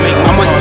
I'ma